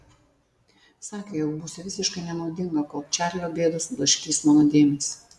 sakė jog būsiu visiškai nenaudinga kol čarlio bėdos blaškys mano dėmesį